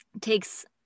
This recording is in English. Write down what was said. takes